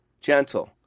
gentle